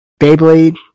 Beyblade